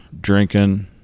drinking